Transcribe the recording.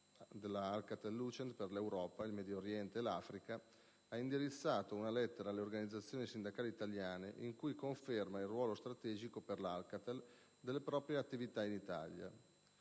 dell'Alcatel-Lucent per l'Europa, il Medio Oriente e l'Africa ha indirizzato una missiva alle organizzazioni sindacali italiane in cui conferma il ruolo strategico per l'Alcatel delle proprie attività in Italia.